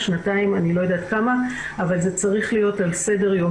ואני חושבת שבאמת אפשר ליצור כאן שיתוף פעולה גם עם השרים הרלוונטיים